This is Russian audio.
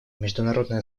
международное